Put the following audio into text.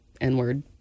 N-word